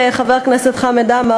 חבר הכנסת חמד עמאר,